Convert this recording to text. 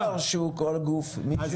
למה פרשו הגופים?